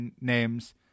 names